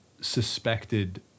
suspected